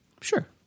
Sure